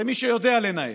למי שיודע לנהל,